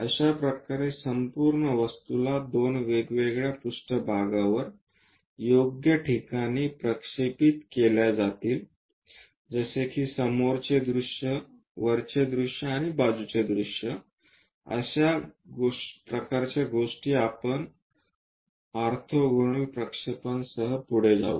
अशा प्रकारे संपूर्ण वस्तूला दोन वेगवेगळ्या पृष्ठभागवर योग्य ठिकाणी प्रक्षेपित केल्या जातील जसे की समोरचे दृश्य वरचे दृश्य आणि बाजूच्या दृश्य अशा प्रकारच्या गोष्टी आपण ऑर्थोगोनल प्रक्षेपण सह पुढे जाऊ